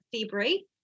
February